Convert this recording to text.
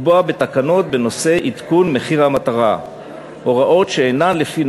לקבוע בתקנות בנושא עדכון מחיר המטרה הוראות שאינן לפי